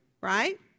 right